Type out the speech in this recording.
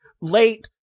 Late